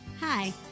hi